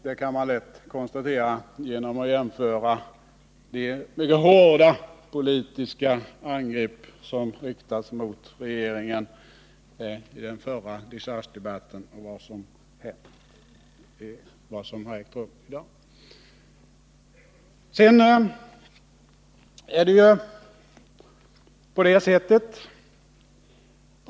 Det kan man lätt konstatera genom att jämföra de mycket hårda politiska angrepp som riktades mot regeringen i den förra dechargedebatten och vad som ägt rum i dag.